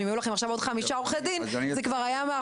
אם היו לכם עכשיו עוד חמישה עורכי דין זה היה מאחורינו,